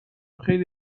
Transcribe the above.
خیلی